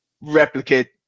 replicate